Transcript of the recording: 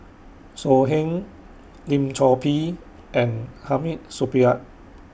So Heng Lim Chor Pee and Hamid Supaat